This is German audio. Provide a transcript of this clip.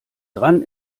dran